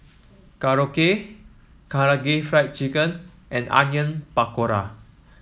Korokke Karaage Fried Chicken and Onion Pakora